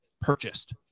purchased